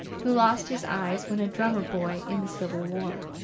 who lost his eyes when a drummer boy in the civil war.